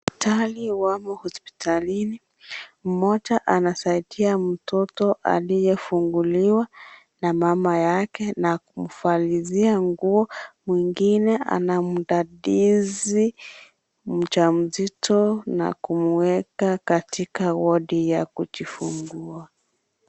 Daktari wamo hospitalini. Mmoja anasaidia mtoto aliyefunguliwa na mama yake na kufalishia nguo. Mwingine anamdadisi mjamzito na kumuweka katika wodi ya kujifunza.